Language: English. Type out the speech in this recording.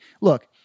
look